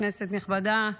כנסת נכבדה,